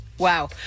Wow